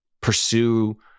pursue